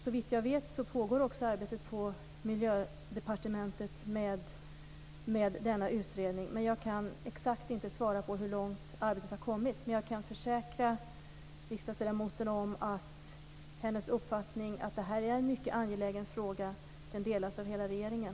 Såvitt jag vet pågår också arbetet på Miljödepartementet med denna utredning. Jag kan inte svara på exakt hur långt arbetet har kommit, men jag kan försäkra riksdagsledamoten om att hennes uppfattning att det här är en mycket angelägen fråga delas av hela regeringen.